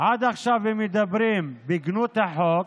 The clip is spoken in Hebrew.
הם מדברים בגנות החוק,